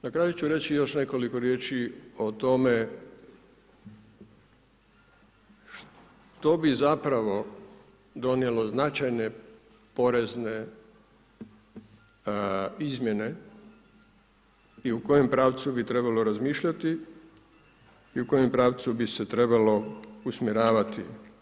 Na kraju ću reći još nekoliko riječi o tome što bi zapravo donijelo značajne porezne izmjene i u kojem pravcu bi trebalo razmišljati i u kojem pravcu bi se trebalo usmjeravati.